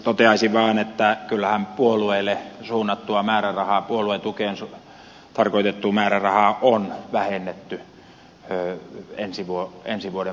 toteaisin vaan että kyllähän puolueille suunnattua määrärahaa puoluetukeen tarkoitettua määrärahaa on vähennetty ensi vuoden budjetissa tähän vuoteen verrattuna